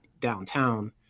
downtown